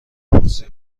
پرسی